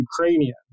Ukrainian